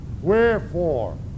Wherefore